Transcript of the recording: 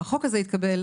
החוק התקבל.